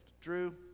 Drew